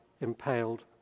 impaled